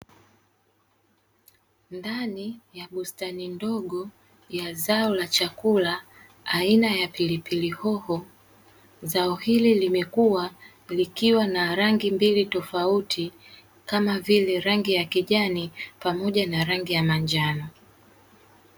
Ndani ya bustani ndogo ya zao la chakula, aina ya pilipili hoho. Zao hili limekuwa likiwa na rangi mbili tofauti, kama vile rangi ya kijani pamoja na rangi ya manjano.